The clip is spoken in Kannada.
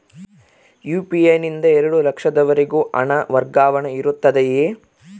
ಯು.ಪಿ.ಐ ನಿಂದ ಎರಡು ಲಕ್ಷದವರೆಗೂ ಹಣ ವರ್ಗಾವಣೆ ಇರುತ್ತದೆಯೇ?